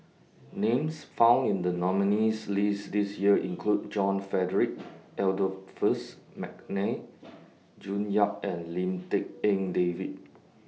Names found in The nominees' list This Year include John Frederick Adolphus Mcnair June Yap and Lim Tik En David